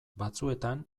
batzuetan